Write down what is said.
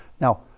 Now